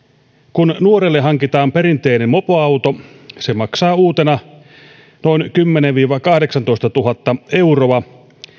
kun nuorelle hankitaan perinteinen mopoauto se maksaa uutena noin kymmenentuhatta viiva kahdeksantoistatuhatta euroa